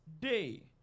day